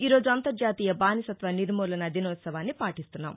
ఈ రోజు అంతర్జాతీయ బానిసత్వ నిర్మూలనా దినోత్సవాన్ని పాటిస్తున్నాం